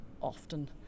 often